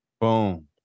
Boom